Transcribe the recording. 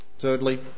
Thirdly